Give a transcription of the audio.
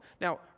Now